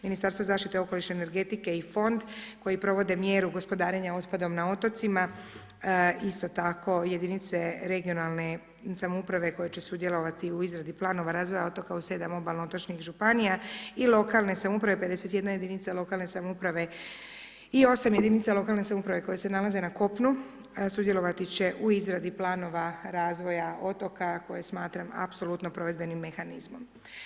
Ministarstvo zaštite okoliša, energetike i fond koji provode mjeru gospodarenja otpadom na otocima isto tako jedinice regionalne samouprave koja će sudjelovati u izradi planova razvoja otoka u 7 obalno-otočnih županija i lokalne samouprave 51 jedinica lokalne samouprave i 8 jedinica lokalne samouprave koje se nalaze na kopnu sudjelovati će u izradi planova razvoja otoka koje smatram apsolutno provedbenim mehanizmom.